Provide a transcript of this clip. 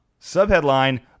Subheadline